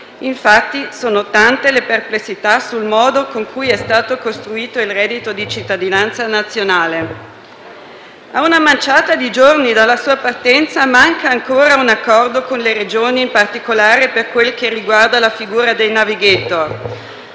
sociale. Sono tante le perplessità sul modo con cui è stato costruito il reddito di cittadinanza nazionale. A una manciata di giorni dalla sua partenza, manca ancora un accordo con le Regioni, in particolare per quel che riguarda la figura dei *navigator*.